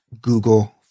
Google